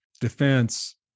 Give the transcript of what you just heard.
defense